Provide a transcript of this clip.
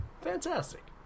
Fantastic